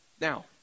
Now